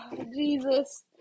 Jesus